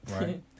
Right